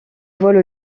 vole